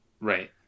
Right